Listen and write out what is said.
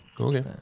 okay